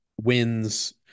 wins